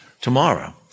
tomorrow